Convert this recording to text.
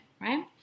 right